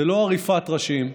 זה לא עריפת ראשים,